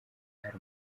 hari